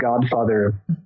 godfather